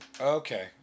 okay